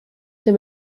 ses